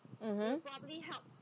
mmhmm